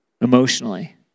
emotionally